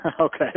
Okay